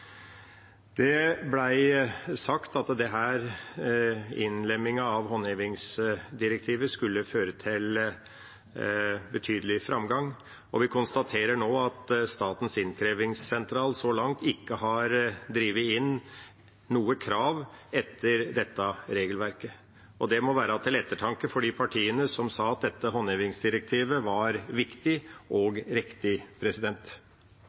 Det ble sagt at innlemmingen av håndhevingsdirektivet skulle føre til betydelig framgang, og vi konstaterer nå at Statens innkrevingssentral så langt ikke har drevet inn noen krav etter dette regelverket. Det må være til ettertanke for de partiene som sa at dette håndhevingsdirektivet var viktig